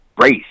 race